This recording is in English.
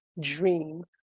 dream